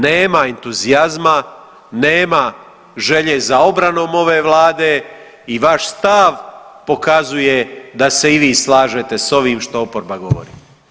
Nema entuzijazma, nema želje za obranom ove vlade i vaš stav pokazuje da se i vi slažete s ovim što oporba govori.